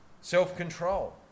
self-control